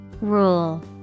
Rule